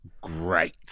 great